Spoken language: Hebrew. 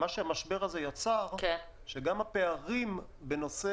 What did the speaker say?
מה שהמשבר הזה יצר זה שגם הפערים בנושא